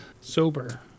sober